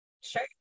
Sure